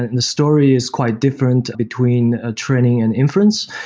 the story is quite different between ah training and inference.